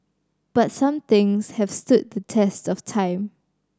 but some things have stood the test of time